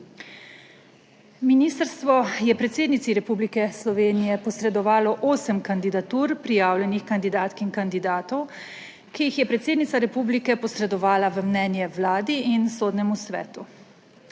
Ministrstvo je predsednici Republike Slovenije posredovalo osem kandidatur prijavljenih kandidatk in kandidatov, ki jih je predsednica republike posredovala v mnenje Vladi in Sodnemu svetu.